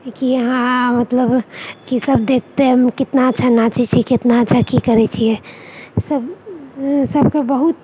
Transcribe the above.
कि अहाँ मतलब कि सभ देखतै हम कितना अच्छा नाचै छी कितना अच्छा कि करै छिऐ सभ सभकेँ बहुत